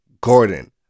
Gordon